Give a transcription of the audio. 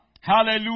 Hallelujah